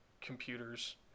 computers